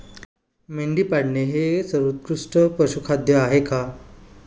मेंढी पाळणे हे सर्वोत्कृष्ट पशुखाद्य आहे का?